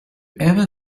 ever